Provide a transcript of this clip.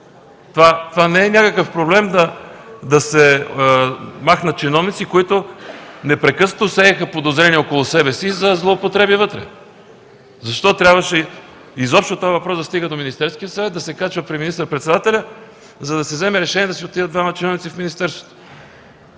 Не е някакъв проблем да се махнат чиновници, които непрекъснато сееха около себе си подозрения за злоупотреби вътре. Защо трябваше изобщо този въпрос да стига до Министерския съвет, да се качва при министър-председателя, за да се вземе решение да си отидат двама чиновници в министерството?